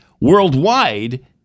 Worldwide